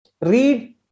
Read